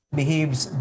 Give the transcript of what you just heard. behaves